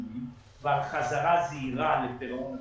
ועל חזרה זעירה לפירעון.